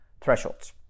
thresholds